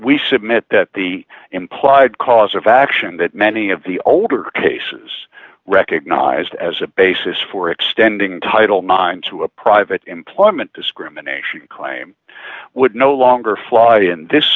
we submit that the implied cause of action that many of the older cases recognized as a basis for extending title mimes to a private employment discrimination claim would no longer fly in this